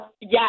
Yes